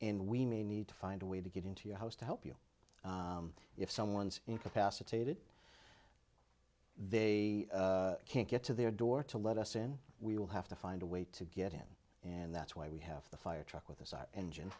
in we may need to find a way to get into your house to help you if someone's incapacitated they can't get to their door to let us in we will have to find a way to get in and that's why we have the fire truck with us our engine